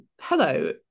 hello